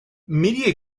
media